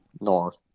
North